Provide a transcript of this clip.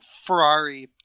Ferrari